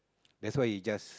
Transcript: that's why he just